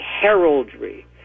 heraldry